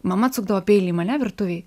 mama atsukdavo peilį į mane virtuvėj